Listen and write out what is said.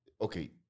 okay